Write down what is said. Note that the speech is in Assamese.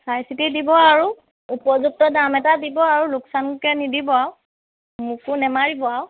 চাই চিতি দিব আৰু উপযুক্ত দাম এটা দিব আৰু লোকচানকৈ নিদিব আৰু মোকো নামাৰিব আৰু